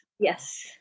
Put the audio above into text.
Yes